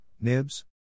Nibs